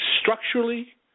structurally